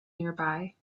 nearby